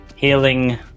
healing